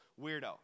weirdo